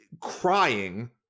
crying